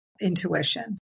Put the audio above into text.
intuition